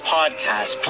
Podcast